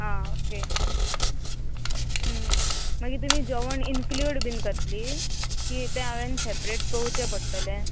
आं ओके मागीर तुमी जेवण इन्क्ल्यूड बीन करतली की तें हांवें सेपरेट पोवचे पडटलें